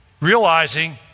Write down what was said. realizing